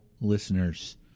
listeners